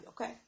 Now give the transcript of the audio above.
Okay